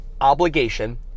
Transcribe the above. obligation